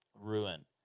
ruin